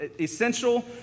Essential